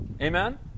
Amen